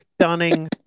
stunning